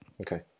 Okay